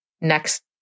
next